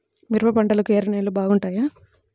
మిరప పంటకు ఎర్ర నేలలు బాగుంటాయా?